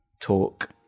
talk